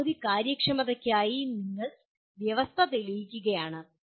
പരമാവധി കാര്യക്ഷമതയ്ക്കായി നിങ്ങൾ വ്യവസ്ഥ തെളിയിക്കുകയാണ്